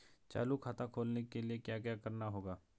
चालू खाता खोलने के लिए क्या करना होगा?